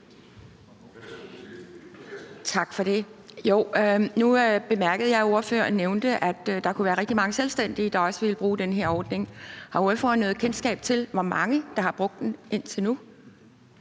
Nu bemærkede jeg, at ordføreren nævnte, at der kunne være rigtig mange selvstændige, der også ville bruge den her ordning. Har ordføreren noget kendskab til, hvor mange der har brugt den indtil nu?